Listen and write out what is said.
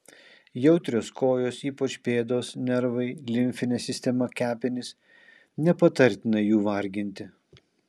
jautrios kojos ypač pėdos nervai limfinė sistema kepenys nepatartina jų varginti